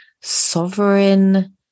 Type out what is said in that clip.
sovereign